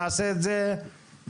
נעשה את זה בהזדמנות,